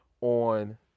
on